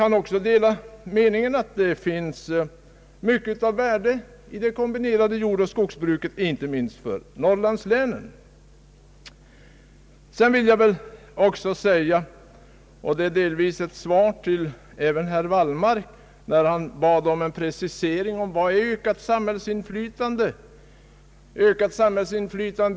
Jag delar den meningen att det finns mycket av värde i det kombinerade jordoch skogsbruket, inte minst för Norrlandslänen. Herr Wallmark bad om en precisering av uttrycket ökat samhällsinflytande.